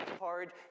hard